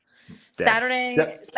Saturday